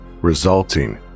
resulting